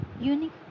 unique